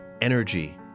Energy